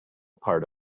part